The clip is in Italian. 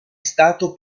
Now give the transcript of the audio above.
stato